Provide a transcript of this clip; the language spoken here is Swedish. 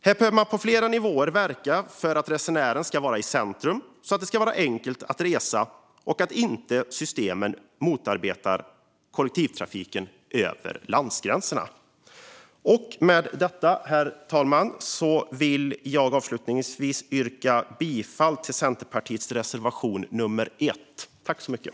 Här behöver man på flera nivåer verka för att resenären ska vara i centrum så att det ska vara enkelt att resa och att systemen inte ska motarbeta kollektivtrafiken över landsgränserna. Med detta, herr talman, vill jag yrka bifall till Centerpartiets reservation 1.